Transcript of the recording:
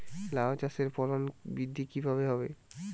লাউ চাষের ফলন বৃদ্ধি কিভাবে হবে?